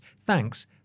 Thanks